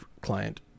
client